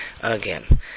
Again